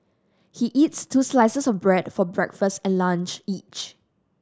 he eats two slices of bread for breakfast and lunch each